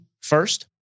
First